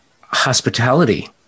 hospitality